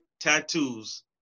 tattoos